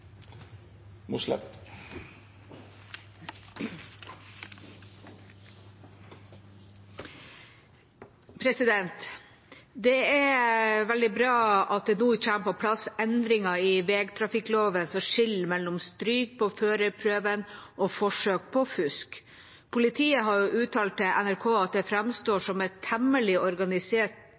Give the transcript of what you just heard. Det er veldig bra at det nå kommer på plass endringer i vegtrafikkloven som skiller mellom stryk på førerprøven og forsøk på fusk. Politiet har uttalt til NRK at det framstår som at et temmelig organisert